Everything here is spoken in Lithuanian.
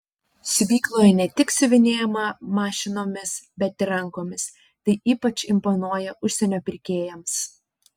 siuvykloje ne tik siuvinėjama mašinomis bet ir rankomis tai ypač imponuoja užsienio pirkėjams